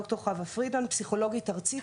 אני פסיכולוגית ארצית.